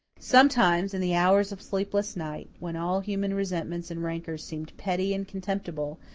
sometimes, in the hours of sleepless night, when all human resentments and rancours seemed petty and contemptible,